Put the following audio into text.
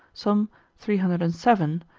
some three hundred and seven,